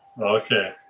Okay